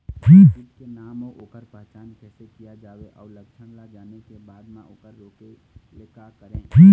कीट के नाम अउ ओकर पहचान कैसे किया जावे अउ लक्षण ला जाने के बाद मा ओकर रोके ले का करें?